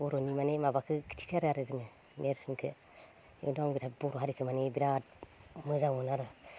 बर'नि माने माबाखो खिथिथारो आरो जोङो नेरसोनखो एखदम आङो बर'हारिखो माने बिराद मोजां मोनो आरो